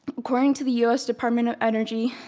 according to the us department of energy,